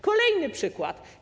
Kolejny przykład.